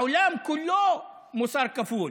העולם כולו, מוסר כפול.